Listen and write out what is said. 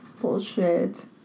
Bullshit